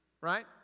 right